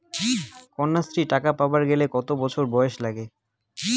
কন্যাশ্রী টাকা পাবার গেলে কতো বছর বয়স লাগে?